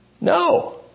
No